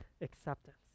acceptance